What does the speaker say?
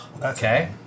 Okay